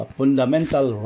fundamental